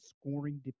scoring